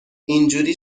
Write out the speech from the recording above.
اینجوری